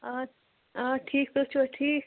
آ آ ٹھیٖک تُہۍ چھِوا ٹھیٖک